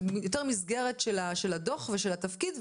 יותר מסגרת של הדוח ושל התפקיד,